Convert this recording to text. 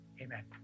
Amen